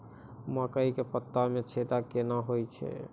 मकई के पत्ता मे छेदा कहना हु छ?